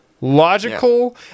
logical